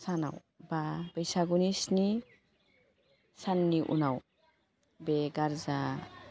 जोबथा सानाय बा बैसागुनि स्नि साननि उनाव बे गार्जा